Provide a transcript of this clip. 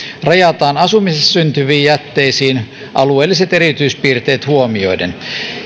rajataan asumisessa syntyviin jätteisiin alueelliset erityispiirteet huomioiden